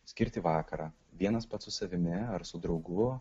skirti vakarą vienas pats su savimi ar su draugu